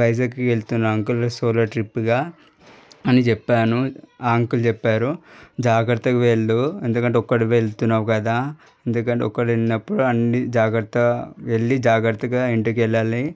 వైజాగ్కి వెళ్తున్న uncle solo ట్రిప్గా అని చెప్పాను ఆ అంకుల్ చెప్పారు జాగ్రత్తగా వెళ్ళు ఎందుకంటే ఒక్కడివి వెళ్తున్నావు కదా ఎందుకంటే ఒక్కరు వెళ్ళినప్పుడు అన్నీ జాగ్రత్తగా వెళ్ళి జాగ్రత్తగా ఇంటికి వెళ్ళాలి